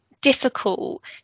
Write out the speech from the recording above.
difficult